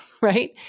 right